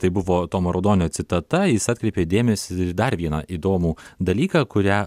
tai buvo tomo raudonio citata jis atkreipė dėmesį į dar vieną įdomų dalyką kurią